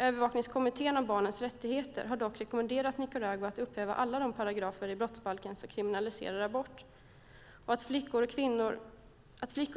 Övervakningskommittén om barnets rättigheter har rekommenderat Nicaragua att upphäva alla de paragrafer i brottsbalken som kriminaliserar abort. Att flickor